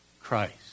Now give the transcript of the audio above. Christ